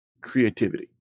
creativity